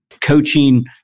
coaching